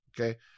okay